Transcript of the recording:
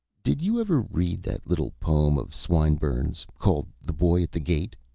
did you ever read that little poem of swinburne's called the boy at the gate?